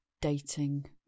Dating